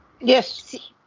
Yes